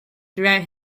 throughout